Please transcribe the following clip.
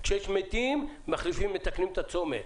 כשיש מתים מתקנים את הצומת,